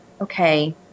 okay